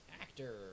Actor